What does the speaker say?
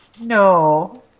No